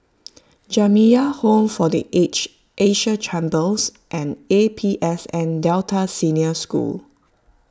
Jamiyah Home for the Aged Asia Chambers and A P S N Delta Senior School